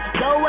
go